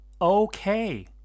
okay